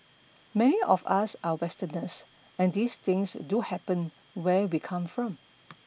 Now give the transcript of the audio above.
many of us are Westerners and these things do happen where we come from